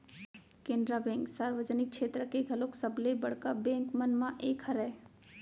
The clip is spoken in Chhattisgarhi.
केनरा बेंक सार्वजनिक छेत्र के घलोक सबले बड़का बेंक मन म एक हरय